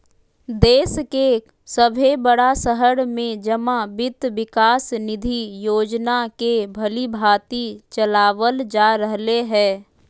देश के सभे बड़ा शहर में जमा वित्त विकास निधि योजना के भलीभांति चलाबल जा रहले हें